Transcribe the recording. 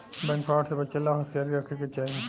bank fraud से बचे ला होसियारी राखे के चाही